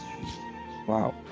Wow